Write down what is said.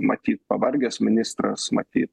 matyt pavargęs ministras matyt